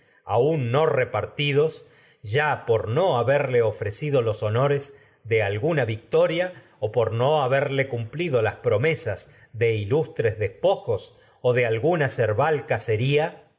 sobre no los rebaños de bueyes aún haberle ofrecido los repartidos por honores de alguna victoria de ilustres o por no o haberle cumplido las promesas cacería será algún con despojos de de alguna cerval